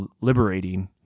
liberating